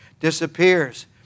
Disappears